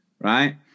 right